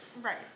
Right